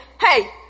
hey